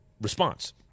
response